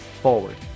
forward